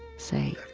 say,